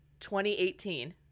2018